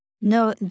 No